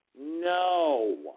no